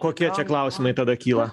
kokie čia klausimai tada kyla